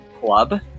club